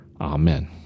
Amen